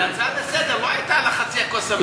אבל ההצעה לסדר-היום לא הייתה על מחצית הכוס המלאה.